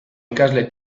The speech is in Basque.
ikasle